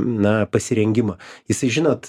na pasirengimą jisai žinot